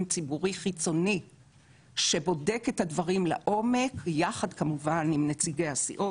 ציבורי חיצוני שבודק את הדברים לעומק יחד כמובן עם נציגי הסיעות,